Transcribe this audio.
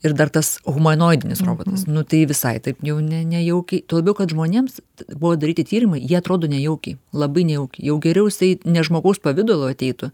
ir dar tas humanoidinis robotas nu tai visai taip jau ne nejaukiai tuo labiau kad žmonėms buvo daryti tyrimai jie atrodo nejaukiai labai nejaukiai jau geriau jisai ne žmogaus pavidalu ateitų